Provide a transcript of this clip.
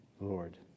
Lord